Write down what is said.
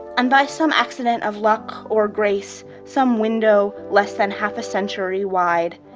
and by some accident of luck or grace, some window less than half a century wide,